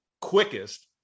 quickest